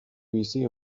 bizi